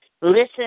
Listen